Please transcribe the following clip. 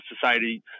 society